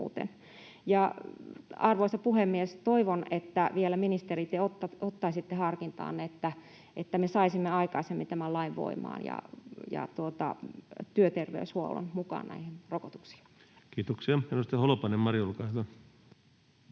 Arvoisa puhemies! Toivon, että vielä, ministeri, te ottaisitte harkintaan, että me saisimme aikaisemmin tämän lain voimaan ja työterveyshuollon mukaan rokotuksiin. Kiitoksia. — Edustaja Mari Holopainen, olkaa